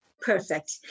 Perfect